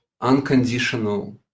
unconditional